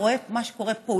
הוא רואה את מה שקורה פה,